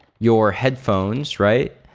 your headphones, right?